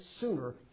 sooner